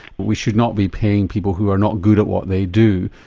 we should not be paying people who are not good at what they do.